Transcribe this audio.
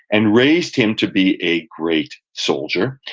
and raised him to be a great soldier.